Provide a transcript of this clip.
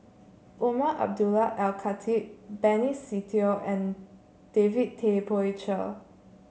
Umar Abdullah Al Khatib Benny Se Teo and David Tay Poey Cher